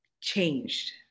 changed